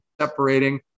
Separating